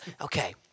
Okay